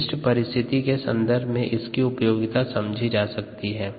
विशिष्ट परिस्थिति के संदर्भ में इसकी उपयोगिता समझी जा सकती है